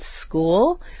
school